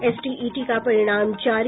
STET का परिणाम जारी